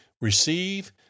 Receive